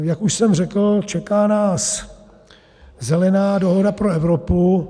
Jak už jsem řekl, čeká nás Zelená dohoda pro Evropu.